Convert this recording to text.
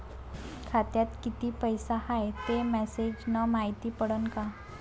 खात्यात किती पैसा हाय ते मेसेज न मायती पडन का?